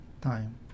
time